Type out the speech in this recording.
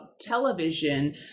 television